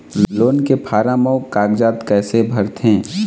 Loan के form अऊ कागजात कइसे भरथें?